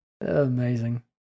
amazing